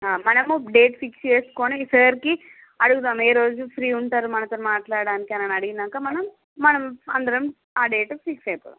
మనము date fix చేసుకొని sir కి అడుగుదాం ఏ రోజు ఫ్రీ ఉంటారో మనతో మాట్లాడటానికి అని అడిగినాక మనం మనం అందరం ఆ డేట్ ఫిక్స్ చేద్దాం